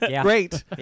great